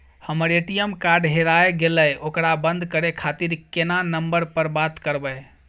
हमर ATM card हेराय गेले ओकरा बंद करे खातिर केना नंबर पर बात करबे?